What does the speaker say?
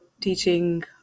teaching